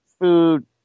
food